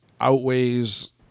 outweighs